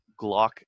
Glock